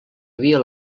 havia